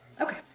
Okay